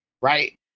right